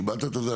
קיבלת את הזה.